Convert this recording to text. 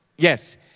Yes